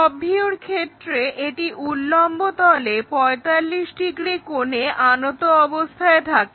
top ভিউর ক্ষেত্রে এটি উল্লম্ব তলে 45 ডিগ্রি কোণে আনত অবস্থায় রয়েছে